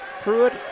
Pruitt